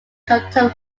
compton